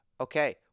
okay